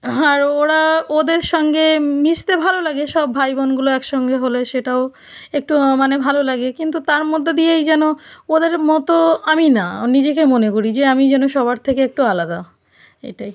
আর ওরা ওদের সঙ্গে মিশতে ভালো লাগে সব ভাই বোনগুলো একসঙ্গে হলে সেটাও একটু মানে ভালো লাগে কিন্তু তার মধ্যে দিয়েই যেন ওদের মতো আমি না নিজেকে মনে করি যে আমি যেন সবার থেকে একটু আলাদা এটাই